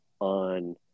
on